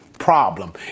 problem